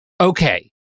Okay